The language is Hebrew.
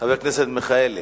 חבר הכנסת מיכאלי.